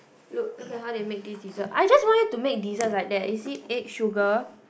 look look at how they make this dessert I just want you to make desserts like that is it egg sugar